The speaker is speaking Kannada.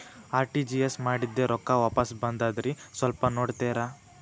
ಆರ್.ಟಿ.ಜಿ.ಎಸ್ ಮಾಡಿದ್ದೆ ರೊಕ್ಕ ವಾಪಸ್ ಬಂದದ್ರಿ ಸ್ವಲ್ಪ ನೋಡ್ತೇರ?